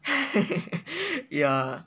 yeah